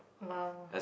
!wow!